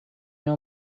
know